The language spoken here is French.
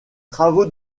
travaux